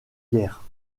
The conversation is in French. guerre